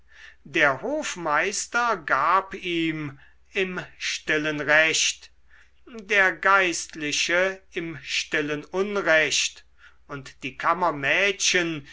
der hofmeister gab ihm im stillen recht der geistliche im stillen unrecht und die